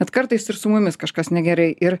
bet kartais ir su mumis kažkas negerai ir